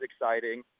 exciting